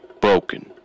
broken